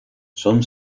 son